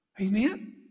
Amen